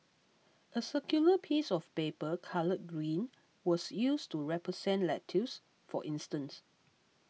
a circular piece of paper coloured green was used to represent lettuce for instance